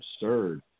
absurd